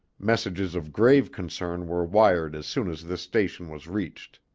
messages of grave concern were wired as soon as this station was reached.